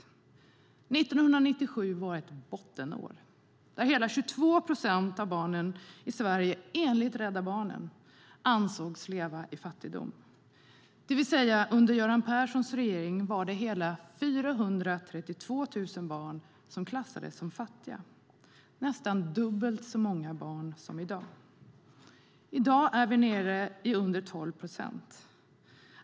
År 1997 var ett bottenår då hela 22 procent av barnen i Sverige ansågs leva i fattigdom, enligt Rädda Barnen. Under Göran Perssons regering var det alltså hela 432 000 barn som klassades som fattiga, vilket är nästan dubbelt så många barn som i dag. I dag är vi nere i under 12 procent.